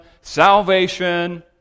salvation